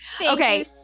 Okay